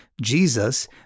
Jesus